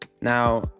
now